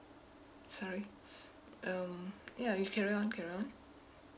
sorry um ya you carry on carry on